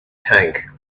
tank